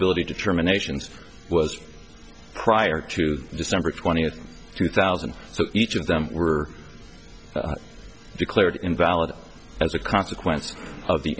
eligibility determinations was prior to december twentieth two thousand so each of them were declared invalid as a consequence of the